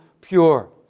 pure